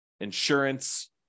insurance